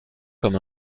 comme